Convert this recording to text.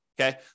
okay